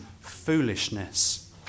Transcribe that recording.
foolishness